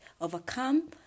overcome